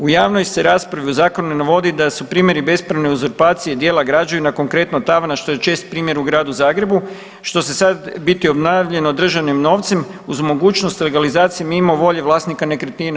U javnoj se raspravi u zakonu ne navodi da su primjeri bespravne uzurpacije dijela građevina konkretno tavana što je čest primjer u Gradu Zagrebu, što se sad biti obnavljano državnim novcem uz mogućnost legalizacije mimo volje vlasnika nekretnina.